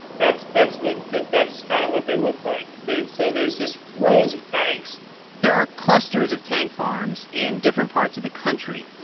that's that's what that's kind of what they look like. they so there's just rows of tanks there are clusters of tank farms in different parts of the country.